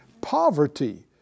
Poverty